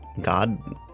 god